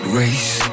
race